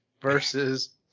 versus